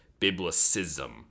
biblicism